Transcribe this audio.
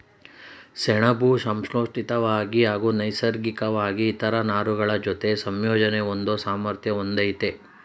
ಸೆಣಬು ಸಂಶ್ಲೇಷಿತ್ವಾಗಿ ಹಾಗೂ ನೈಸರ್ಗಿಕ್ವಾಗಿ ಇತರ ನಾರುಗಳಜೊತೆ ಸಂಯೋಜನೆ ಹೊಂದೋ ಸಾಮರ್ಥ್ಯ ಹೊಂದಯ್ತೆ